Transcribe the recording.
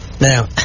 Now